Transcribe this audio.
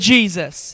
Jesus